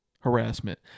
Harassment